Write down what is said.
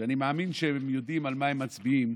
שאני מאמין שהם יודעים על מה הם מצביעים,